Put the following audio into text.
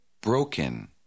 Broken